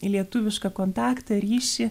lietuvišką kontaktą ryšį